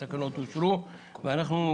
אין תקנות סמכויות מיוחדות